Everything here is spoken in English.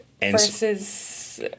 Versus